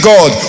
God